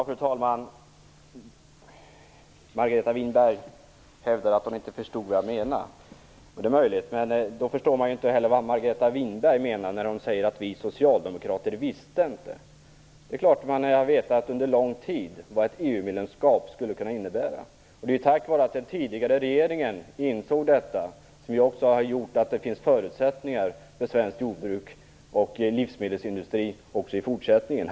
Fru talman! Margareta Winberg hävdar att hon inte förstod vad jag menar, och det är möjligt. Men det går då inte att förstå vad Margareta Winberg menar när hon säger att socialdemokraterna inte visste. Det är klart att man har vetat under lång tid vad ett EU-medlemskap skulle kunna innebära. Det är tack vare att den tidigare regeringen insåg detta som det finns förutsättningar för svenskt jordbruk och svensk livsmedelsindustri även i fortsättningen.